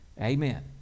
Amen